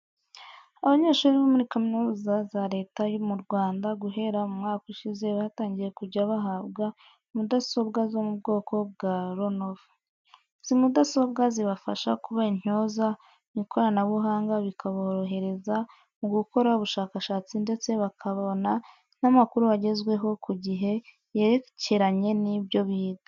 Abanyeshuri bo muri kaminuza za leta mu Rwanda guhera mu mwaka ushize batangiye kujya bahabwa mudasobwa zo mu bwoko bwa lenovo. Izi mudasobwa zibafasha kuba intyoza mu ikoranabuhanga bikabohereza mu gukora ubushakashatsi ndetse bakabona n'amakuru agezweho ku gihe yerekeranye n'ibyo biga.